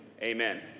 Amen